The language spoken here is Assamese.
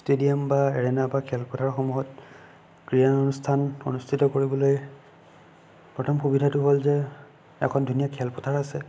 ষ্টেডিয়াম বা এৰেনা বা খেলপথাৰসমূহত ক্ৰিয়া অনুষ্ঠান অনুষ্ঠিত কৰিবলৈ প্ৰথম সুবিধাটো হ'ল যে এখন ধুনীয়া খেলপথাৰ আছে